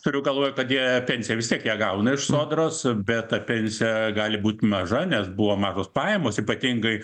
turiu galvoj kad jie pensiją vis tiek jie gauna iš sodros bet ta pensija gali būt maža nes buvo mažos pajamos ypatingai